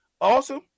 awesome